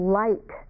light